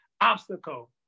obstacle